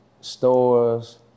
stores